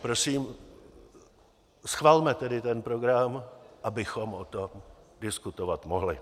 Prosím, schvalme tedy ten program, abychom o tom diskutovat mohli.